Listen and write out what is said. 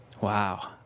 Wow